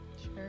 Sure